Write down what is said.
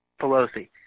Pelosi